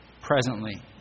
presently